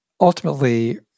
ultimately